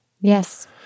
Yes